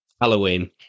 Halloween